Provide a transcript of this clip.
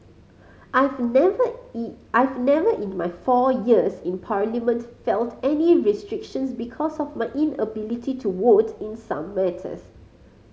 I've never I've never in my four years in Parliament felt any restrictions because of my inability to vote in some matters